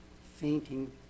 fainting